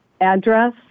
address